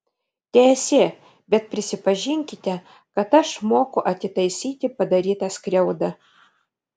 teesie bet prisipažinkite kad aš moku atitaisyti padarytą skriaudą